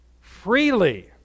Freely